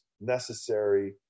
necessary